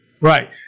Right